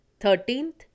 thirteenth